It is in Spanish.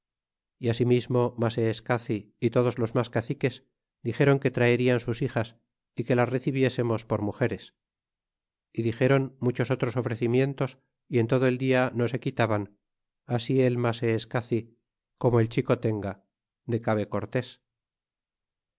y asimismo maseescaci y todos los mas caciques dixéron que traerían sus hijas y que las recibiésemos por mugeres y dixéron otros muchos ofrecimientos y en todo el dia no se quitaban así el maseescaci como el xicotenga de cabe